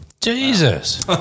Jesus